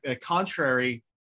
contrary